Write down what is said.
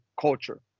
culture